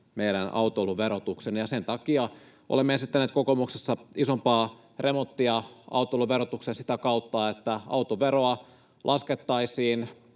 meidän autoiluverotukseemme. Sen takia olemme esittäneet kokoomuksessa isompaa remonttia autoilun verotukseen sitä kautta, että autoveroa laskettaisiin